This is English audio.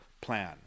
plan